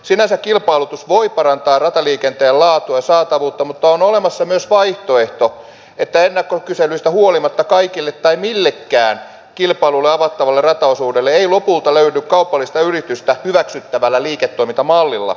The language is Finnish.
sinänsä kilpailutus voi parantaa rataliikenteen laatua ja saatavuutta mutta on olemassa myös vaihtoehto että ennakkokyselyistä huolimatta millekään kilpailulle avattavalle rataosuudelle ei lopulta löydy kaupallista yritystä hyväksyttävällä liiketoimintamallilla